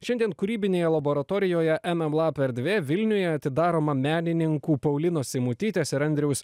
šiandien kūrybinėje laboratorijoje em em lap erdvė vilniuje atidaroma menininkų paulinos simutytės ir andriaus